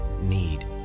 need